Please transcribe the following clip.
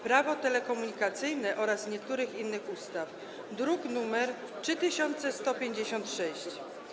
Prawo telekomunikacyjne oraz niektórych innych ustaw, druk nr 3156.